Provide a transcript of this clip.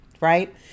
right